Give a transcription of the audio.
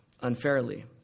unfairly